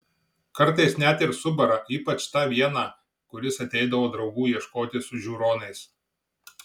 kartais net ir subara ypač tą vieną kuris ateidavo draugų ieškoti su žiūronais